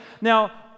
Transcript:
Now